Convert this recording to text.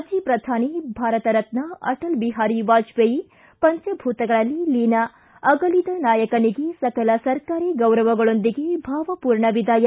ಮಾಜಿ ಪ್ರಧಾನಿ ಭಾರತ ರತ್ನ ಅಟಲ್ ಬಿಹಾರಿ ವಾಜಪೇಯಿ ಪಂಚಭೂತಗಳಲ್ಲಿ ಲೀನ ಅಗಲಿದ ನಾಯಕನಿಗೆ ಸಕಲ ಸರ್ಕಾರಿ ಗೌರವಗಳೊಂದಿಗೆ ಭಾವಪೂರ್ಣ ವಿದಾಯ